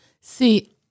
See